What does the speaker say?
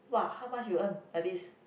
[wah] how much you earn like this